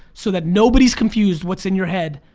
so that nobody's confused what's in your head,